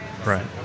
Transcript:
Right